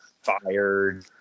Fired